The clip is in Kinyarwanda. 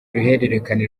uruhererekane